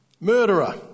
Murderer